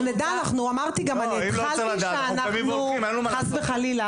אנחנו נדע, התחלתי בכך שאין לנו מה להסתיר,